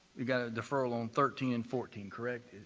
we've got a deferral on thirteen and fourteen correct?